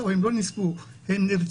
לא, הם לא נספו, הם נרצחו,